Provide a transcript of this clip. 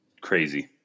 crazy